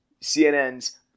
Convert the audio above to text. CNN's